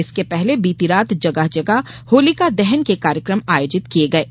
इसके पहले बीती रात जगह जगह होलिका दहन के कार्यक्रम आयोजित किये गये